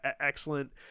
excellent